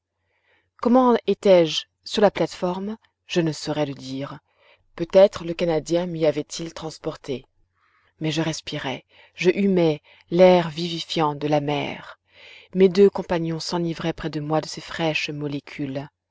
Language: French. comment étais-je sur la plate-forme je ne saurais le dire peut-être le canadien m'y avait-il transporté mais je respirais je humais l'air vivifiant de la mer mes deux compagnons s'enivraient près de moi de ces fraîches molécules